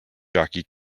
jockey